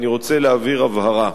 אני רוצה להבהיר הבהרה.